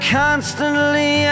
constantly